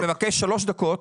אני מבקש שלוש דקות.